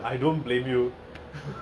and only after